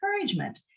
encouragement